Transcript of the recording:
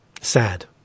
Sad